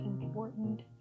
important